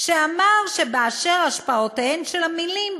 שאמר: באשר השפעותיהן של המילים,